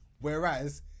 whereas